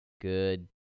good